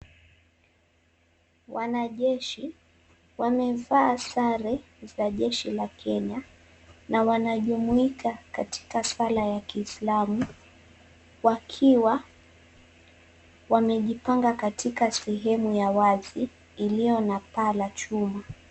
Wanajeshi wamevaa sare za Jeshi la Kenya, na wanajumuika katika sala ya kiislamu, wakiwa wamejipanga katika sehemu ya wazi iliyo na paa la chuma.